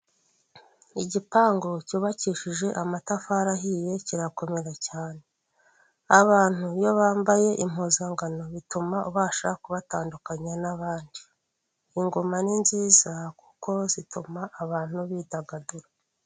Igipangu cyubakishije amatafari ahiye kirakomera cyane. Abantu iyo bambaye impuzangano bituma ubasha kubatandukanya n'abandi. Ingoma ni nziza kuko zituma abantu bidagadura.